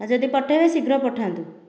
ଆଉ ଯଦି ପଠେଇବେ ଶୀଘ୍ର ପଠାନ୍ତୁ